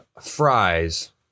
fries